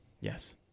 Yes